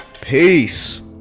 peace